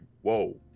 whoa